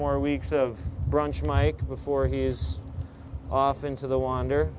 more weeks of brunch mike before he's off into the wander